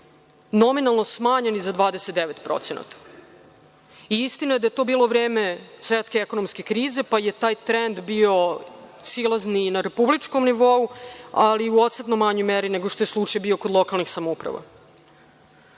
nominalno smanjeni za 29%. Istina je da je to bilo vreme svetske ekonomske krize pa je taj trend bio silazni i na republičkom nivou, ali u osetnoj manjoj meri nego što je slučaj bio kod lokalnih samouprava. Ima